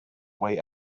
way